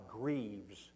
grieves